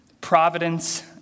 providence